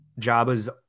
Jabba's